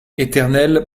éternel